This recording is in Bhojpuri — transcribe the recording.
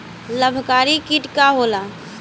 लाभकारी कीट का होला?